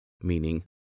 meaning